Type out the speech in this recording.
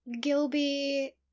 Gilby